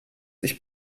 ich